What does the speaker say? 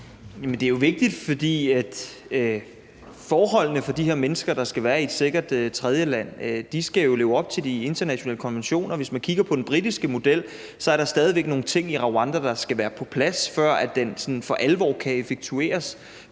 Det er jo vigtigt, fordi forholdene for de her mennesker, der skal være i et sikkert tredjeland, jo skal leve op til de internationale konventioner. Hvis man kigger på den britiske model, er der stadig væk nogle ting i Rwanda, der skal være på plads, før den sådan for alvor kan effektueres,